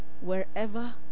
wherever